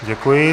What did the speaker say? Děkuji.